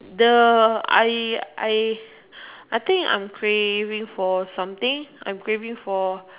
the I I I think I'm craving for something I'm craving for